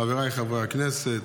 חבריי חברי הכנסת,